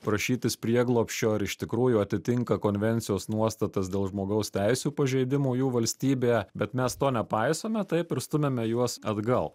prašytis prieglobsčio ar iš tikrųjų atitinka konvencijos nuostatas dėl žmogaus teisių pažeidimų jų valstybėje bet mes to nepaisome taip ir stumiame juos atgal